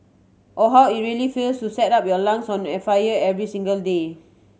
or how it really feels to set up your lungs on an fire every singles day